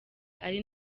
ari